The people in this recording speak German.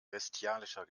bestialischer